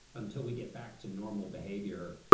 until we get back to normal behavior,